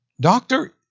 Doctor